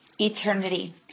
eternity